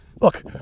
look